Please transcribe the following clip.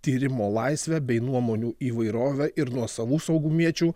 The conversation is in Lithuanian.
tyrimo laisvę bei nuomonių įvairovę ir nuo savų saugumiečių